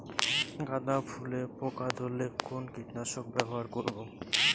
গাদা ফুলে পোকা ধরলে কোন কীটনাশক ব্যবহার করব?